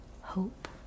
Hope